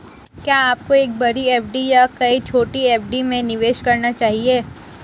क्या आपको एक बड़ी एफ.डी या कई छोटी एफ.डी में निवेश करना चाहिए?